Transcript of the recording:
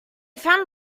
found